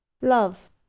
love